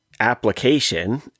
application